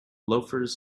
loafers